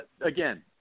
Again